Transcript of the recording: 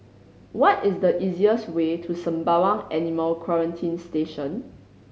what is the easiest way to Sembawang Animal Quarantine Station